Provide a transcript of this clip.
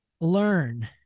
learn